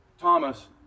Thomas